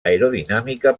aerodinàmica